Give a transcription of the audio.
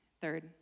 third